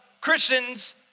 Christians